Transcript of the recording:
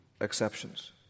exceptions